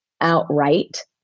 outright